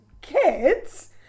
kids